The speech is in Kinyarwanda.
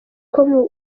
com